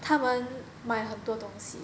他们买很多东西